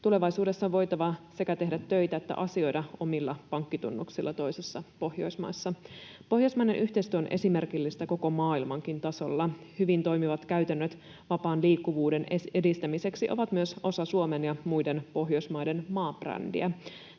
Tulevaisuudessa on voitava sekä tehdä töitä että asioida omilla pankkitunnuksilla toisessa Pohjoismaassa. Pohjoismainen yhteistyö on esimerkillistä koko maailmankin tasolla. Hyvin toimivat käytännöt vapaan liikkuvuuden edistämiseksi ovat myös osa Suomen ja muiden Pohjoismaiden maabrändiä.